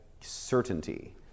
certainty